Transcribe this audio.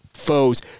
foes